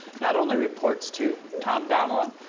not only reports to tom donilon,